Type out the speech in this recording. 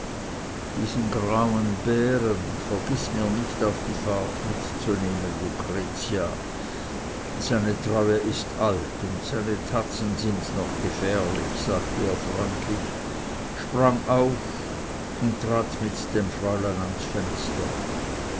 diesen grauen bären vergiß mir nicht auf die fahrt mitzunehmen lucretia seine treue ist alt und seine tatzen sind noch gefährlich sagte er freundlich sprang auf und trat mit dem fräulein ans fenster